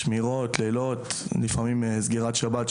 שמירות, לילות, לפעמים סגירת שבת.